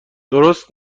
درست